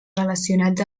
relacionats